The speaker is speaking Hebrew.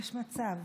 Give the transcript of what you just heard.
יש מצב